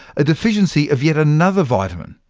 a deficiency of yet another vitamin,